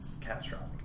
catastrophic